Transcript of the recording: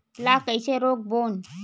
ला कइसे रोक बोन?